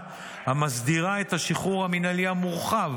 המסדירה את השחרור המינהלי המורחב,